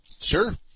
sure